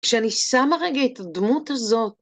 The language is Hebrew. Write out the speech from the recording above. כשאני שמה רגע את הדמות הזאת...